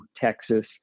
Texas